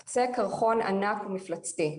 זה קצה קרחון ענק ומפלצתי.